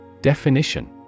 Definition